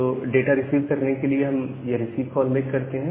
तो data receive करने के लिए हम यह रिसीव कॉल मेक करते हैं